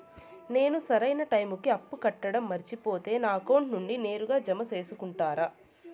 నేను సరైన టైముకి అప్పు కట్టడం మర్చిపోతే నా అకౌంట్ నుండి నేరుగా జామ సేసుకుంటారా?